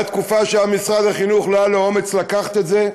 הייתה תקופה שלמשרד החינוך לא היה אומץ לקחת את זה,